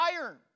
iron